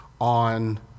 on